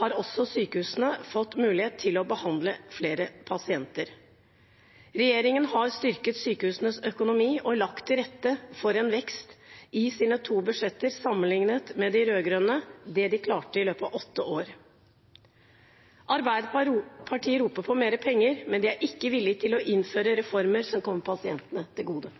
har også sykehusene fått mulighet til å behandle flere pasienter. Regjeringen har styrket sykehusenes økonomi og lagt til rette for vekst i sine to budsjetter, sammenlignet med det de rød-grønne klarte i løpet av åtte år. Arbeiderpartiet roper på mer penger, men er ikke villig til å innføre reformer som kommer pasientene til gode.